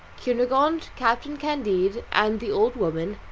cunegonde, captain candide, and the old woman,